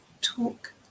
Talk